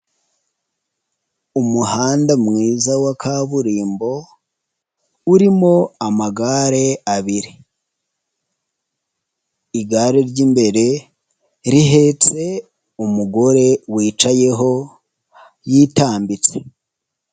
Umuhanda mwiza wa kaburimbo urimo amagare abiri. Igare ry'imbere rihetse umugore wicayeho yitambitse.